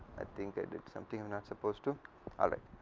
think a did something and suppose to alright